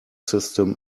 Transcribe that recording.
system